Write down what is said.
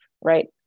Right